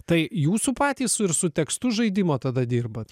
tai jūsų patys ir su tekstu žaidimo tada dirbat